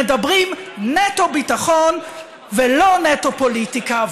מדברים נטו ביטחון ולא נטו פוליטיקה.